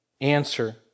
answer